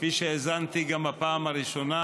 כפי שהאזנתי גם בפעם הראשונה,